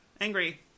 Angry